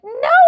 no